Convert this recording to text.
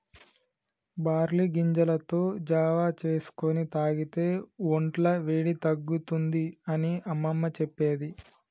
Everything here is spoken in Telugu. బార్లీ గింజలతో జావా చేసుకొని తాగితే వొంట్ల వేడి తగ్గుతుంది అని అమ్మమ్మ చెప్పేది